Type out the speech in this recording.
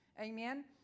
amen